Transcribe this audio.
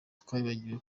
twibagiwe